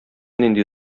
нинди